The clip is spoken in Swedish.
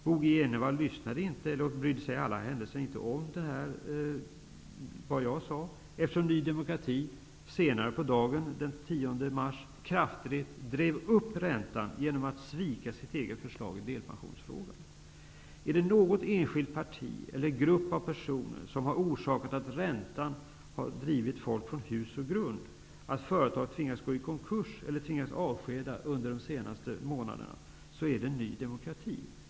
Bo G Jenevall lyssnade inte eller brydde sig i alla händelser inte om vad jag sade, eftersom Ny demokrati senare på dagen den 10 mars kraftigt drev upp räntan genom att svika sitt eget förslag i delpensionsfrågan. Är det något enskilt parti eller någon grupp av personer som har orsakat att räntan under de senaste månaderna har drivit folk från gård och grund, att företag har gått i konkurs eller tvingats avskeda, så är det Ny demokrati.